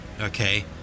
okay